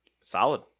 Solid